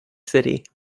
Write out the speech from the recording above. city